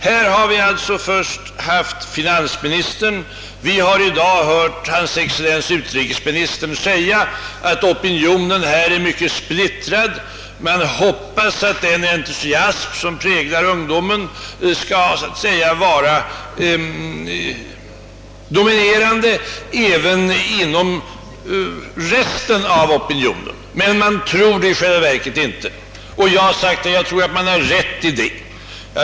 Här har vi först hört finansministern och sedan i dag hans excellens utrikesministern säga att opinionen är mycket splittrad men att man hoppas, att den entusiasm som präglar ungdomen skall så att säga dominera även inom den övriga delen av folket. I själva verket tror man emellertid inte detta, och jag har sagt att jag antar att man har rätt på denna punkt.